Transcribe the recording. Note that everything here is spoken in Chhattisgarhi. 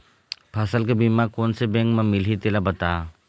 फसल के बीमा कोन से बैंक म मिलही तेला बता?